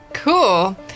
Cool